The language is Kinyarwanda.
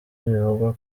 bivugwa